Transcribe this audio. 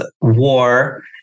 war